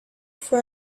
for